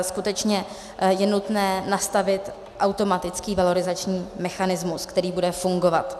Skutečně je nutné nastavit automatický valorizační mechanismus, který bude fungovat.